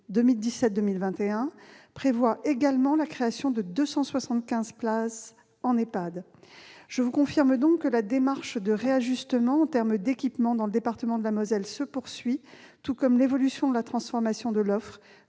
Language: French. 2017-2021 prévoit également la création de 275 places en EHPAD. Je vous confirme donc que la démarche de réajustement en termes d'équipement dans le département de la Moselle se poursuit, tout comme l'évolution et la transformation de l'offre,